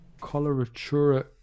coloratura